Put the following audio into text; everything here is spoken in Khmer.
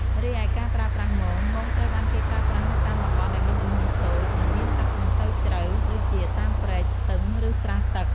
រីឯការប្រើប្រាស់មង មងត្រូវបានគេប្រើប្រាស់នៅតាមតំបន់ដែលមានទំហំតូច និងមានទឹកមិនសូវជ្រៅ ដូចជាតាមព្រែក ស្ទឹង ឬស្រះទឹក។